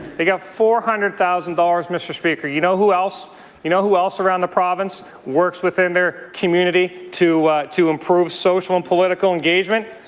they get four hundred thousand dollars, mr. speaker. you know who else you know who else around the province works within their community to to improve social and political engagement?